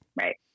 Right